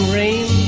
rain